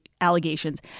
allegations